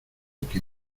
que